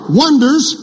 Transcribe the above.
wonders